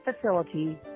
Facility